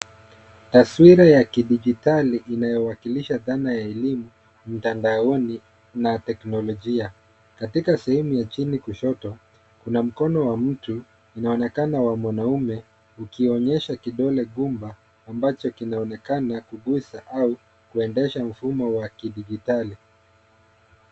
Taswira ya kidigitali inayowakilisha dhana ya elimu mtandaoni na teknolojia. Katika sehemu ya chini kushoto, kuna mkono wa mtu, inaonekana wa mwanaume, ukionyesha kidole gumba ambacho kinaonekana kuguza au kuendesha mfumo wa kidigitali.